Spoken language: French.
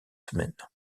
semaines